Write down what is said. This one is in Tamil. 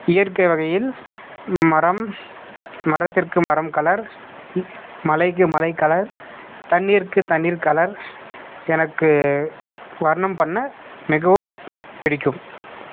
இயற்கை வகையில் மரம் மரத்திற்கு மரம் கலர் மலைக்கு மலை கலர் தண்ணீருக்கு தண்ணீர் கலர் எனக்கு வர்ணம் பண்ண மிகவும் பிடிக்கும்